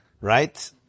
right